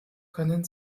können